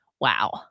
wow